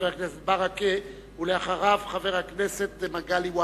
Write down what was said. חבר הכנסת ברכה, ואחריו, חבר הכנסת מגלי והבה.